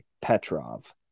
Petrov